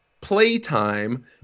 playtime